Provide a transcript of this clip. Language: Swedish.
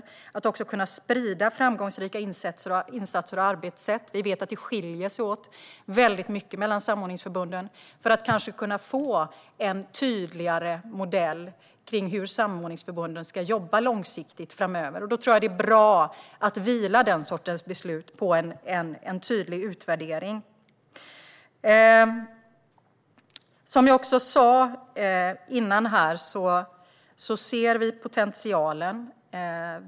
Det handlar om att också kunna sprida framgångsrika insatser och arbetssätt - vi vet att det skiljer sig väldigt mycket mellan samordningsförbunden. Då skulle man kanske kunna få en tydligare modell kring hur samordningsförbunden ska jobba långsiktigt framöver. Jag tror att det är bra att låta den sortens beslut vila på en tydlig utvärdering. Som jag också sa ser vi potentialen.